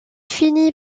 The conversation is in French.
finit